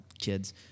kids